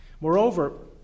Moreover